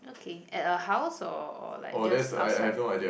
okay at a house or like just outside